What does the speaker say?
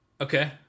Okay